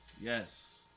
Yes